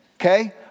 Okay